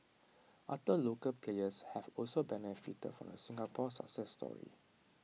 other local players have also benefited from the Singapore success story